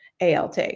ALT